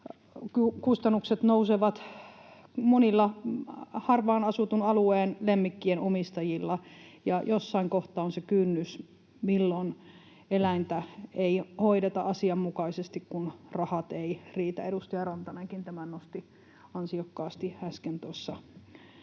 Kustannukset nousevat monilla harvaan asutun alueen lemmikkien omistajilla, ja jossain kohtaa on se kynnys, milloin eläintä ei hoideta asianmukaisesti, kun rahat eivät riitä — edustaja Rantanenkin tämän nosti ansiokkaasti tuossa